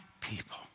people